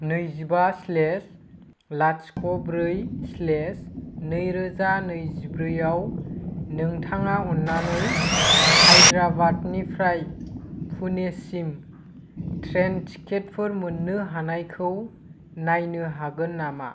नैजिबा स्लेस लाथिख' ब्रै स्लेस नैरोजा नैजिब्रैआव नोंथाङा अननानै हायद्राबादनिफ्राय पुनेसिम ट्रेन टिकेटफोर मोननो हानायखौ नायनो हागोन नामा